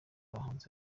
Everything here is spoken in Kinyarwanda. abahanzi